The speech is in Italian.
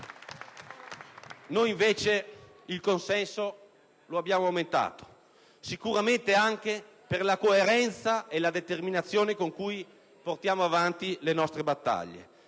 Noi invece il consenso lo abbiamo aumentato, sicuramente anche per la coerenza e la determinazione con cui portiamo avanti le nostre battaglie,